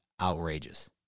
outrageous